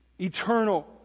Eternal